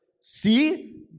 see